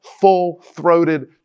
full-throated